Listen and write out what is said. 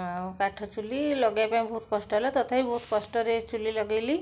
ଆଉ କାଠଚୁଲି ଲଗାଇବା ପାଇଁ ବହୁତ କଷ୍ଟ ହେଲା ତଥାପି ବହୁତ କଷ୍ଟରେ ଚୁଲି ଲଗାଇଲି